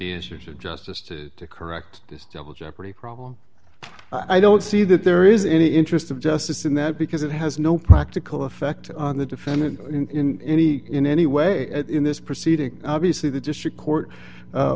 initiative justice to to correct this double jeopardy problem i don't see that there is any interest of justice in that because it has no practical effect on the defendant in any in any way and in this proceeding obviously the district court